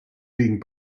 being